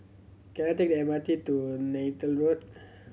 can I take M R T to Neythal Road